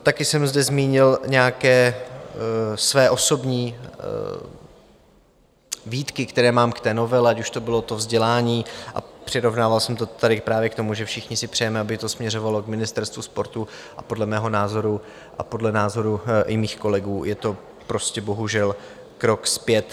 Taky jsem zde zmínil nějaké své osobní výtky, které mám k té novele, ať už to bylo to vzdělání, a přirovnával jsem to tady právě k tomu, že všichni si přejeme, aby to směřovalo k ministerstvu sportu, a podle mého názoru a podle názoru i mých kolegů je to prostě bohužel krok zpět.